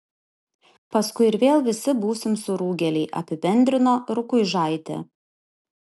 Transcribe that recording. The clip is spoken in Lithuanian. paskui ir vėl visi būsim surūgėliai apibendrino rukuižaitė